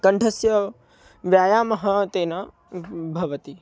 कण्ठस्य व्यायामः तेन भवति